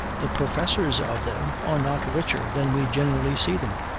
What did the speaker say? the professors of them are not richer than we generally see them?